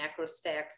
MacroStacks